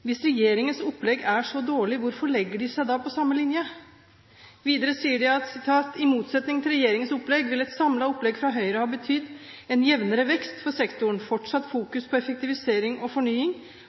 Hvis regjeringens opplegg er så dårlig, hvorfor legger de seg da på samme linje? Videre sier de: «I motsetning til regjeringens opplegg ville et samlet opplegg fra Høyre ha betydd en jevnere vekst for sektoren, fortsatt